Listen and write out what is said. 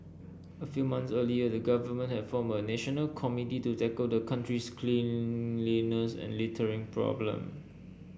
a few months earlier the Government had formed a national committee to tackle the country's cleanliness and littering problem